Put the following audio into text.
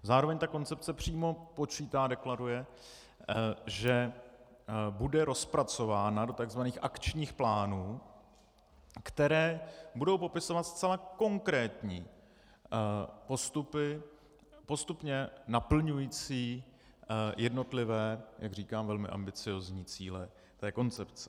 Zároveň koncepce přímo počítá, deklaruje, že bude rozpracována do tzv. akčních plánů, které budou popisovat zcela konkrétní postupy postupně naplňující jednotlivé, jak říkám, velmi ambiciozní cíle koncepce.